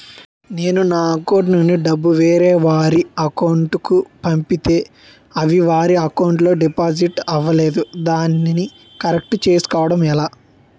నేను నా అకౌంట్ నుండి డబ్బు వేరే వారి అకౌంట్ కు పంపితే అవి వారి అకౌంట్ లొ డిపాజిట్ అవలేదు దానిని కరెక్ట్ చేసుకోవడం ఎలా?